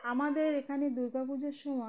আমাদের এখানে দুর্গাপুজোর সময়